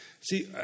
See